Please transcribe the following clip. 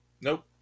Nope